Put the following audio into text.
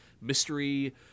mystery